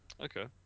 Okay